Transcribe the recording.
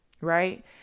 right